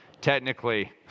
Technically